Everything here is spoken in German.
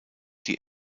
die